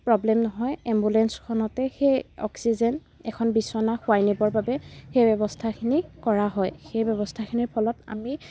problem নহয় এম্বুলেঞ্চখনতেই সেই অক্সিজেন এখন বিচনা শুৱাই নিবৰ বাবে সেই ব্যৱস্থাখিনি কৰা হয় সেই ব্যৱস্থাখিনিৰ ফলত আমি